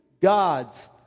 God's